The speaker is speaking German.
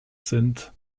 sind